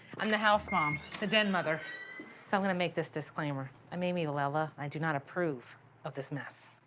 i'm the house mom, the den mother. so i'm gonna make this disclaimer. i'm amy vilela. i do not approve of this mess.